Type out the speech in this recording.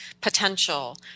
potential